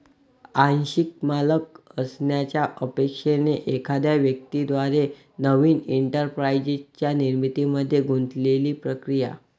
आंशिक मालक असण्याच्या अपेक्षेने एखाद्या व्यक्ती द्वारे नवीन एंटरप्राइझच्या निर्मितीमध्ये गुंतलेली प्रक्रिया